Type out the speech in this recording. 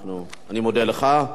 אני מודה לך.